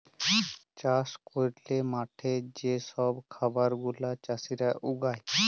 চাষ ক্যইরে মাঠে যে ছব খাবার গুলা চাষীরা উগায়